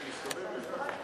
נתקבלו.